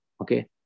okay